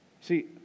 See